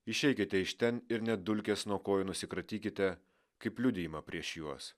išeikite iš ten ir net dulkes nuo kojų nusikratykite kaip liudijimą prieš juos